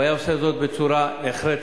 הוא היה עושה זאת בצורה נחרצת.